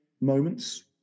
moments